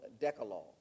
Decalogue